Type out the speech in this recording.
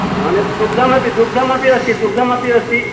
अन्यत् दुग्धमपि दुग्धमपि अस्ति दुग्धमपि अस्ति